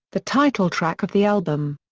the title track of the album.